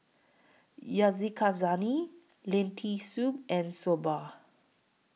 Yakizakana Lentil Soup and Soba